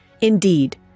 Indeed